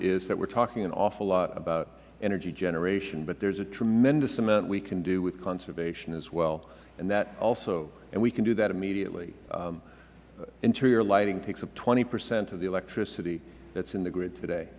is that we are talking an awful lot about energy generation but there is a tremendous amount we can do with conservation as well and that also and we can do that immediately interior lighting takes up twenty percent of electricity that is in the grid today